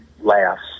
laughs